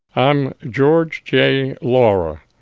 i'm george j. laurer.